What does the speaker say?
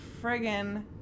friggin